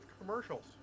commercials